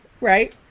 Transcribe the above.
Right